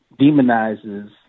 demonizes